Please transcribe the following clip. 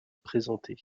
présenter